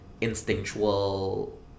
instinctual